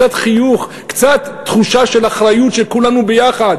קצת חיוך,